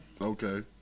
Okay